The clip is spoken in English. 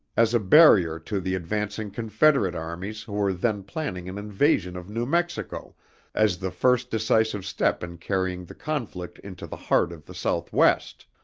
as a barrier to the advancing confederate armies who were then planning an invasion of new mexico as the first decisive step in carrying the conflict into the heart of the southwest.